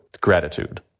gratitude